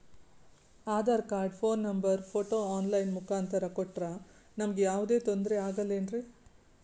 Aadhaar card, phone number, photo online ಮುಖಾಂತ್ರ ಕೊಟ್ರ ನಮಗೆ ಯಾವುದೇ ತೊಂದ್ರೆ ಆಗಲೇನ್ರಿ?